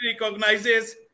recognizes